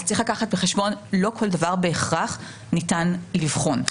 צריך לקחת בחשבון שלא כל דבר בהכרח ניתן לבחון.